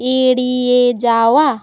এড়িয়ে যাওয়া